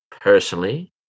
personally